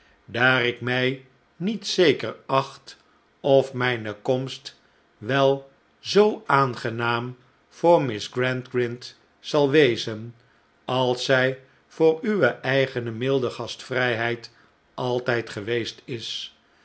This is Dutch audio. daar ik mij niet zeker acht of mijne komst wel zoo aangenaam voor miss gradgrind zal wezen als zij voor uwe eigene milde gastvrijheid altijd geweest is